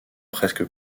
presque